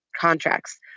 contracts